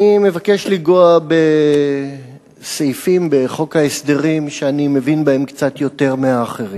אני מבקש לנגוע בסעיפים בחוק ההסדרים שאני מבין בהם קצת יותר מהאחרים.